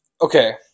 okay